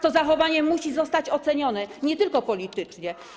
To zachowanie musi zostać ocenione nie tylko politycznie.